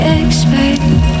expect